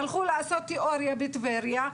הלכו לעשות תיאוריה בטבריה,